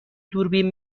دوربین